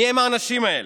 מיהם האנשים האלה?